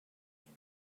can